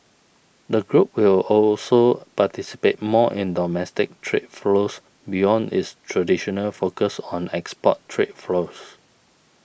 the group will also participate more in domestic trade flows beyond its traditional focus on export trade flows